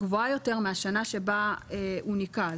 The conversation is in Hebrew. גבוהה יותר מהשנה שבה הוא ניכה.